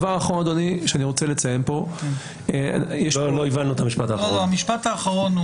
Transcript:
לא הבנו את המשפט האחרון.